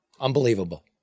Unbelievable